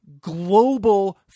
global